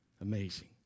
Amazing